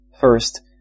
First